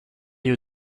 you